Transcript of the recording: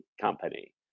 company